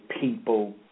people